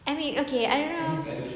I mean okay I don't know